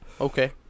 Okay